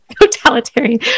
totalitarian